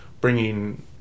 bringing